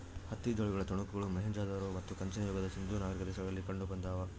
ಹತ್ತಿ ಜವಳಿಗಳ ತುಣುಕುಗಳು ಮೊಹೆಂಜೊದಾರೋ ಮತ್ತು ಕಂಚಿನ ಯುಗದ ಸಿಂಧೂ ನಾಗರಿಕತೆ ಸ್ಥಳಗಳಲ್ಲಿ ಕಂಡುಬಂದಾದ